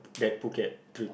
that Phuket trip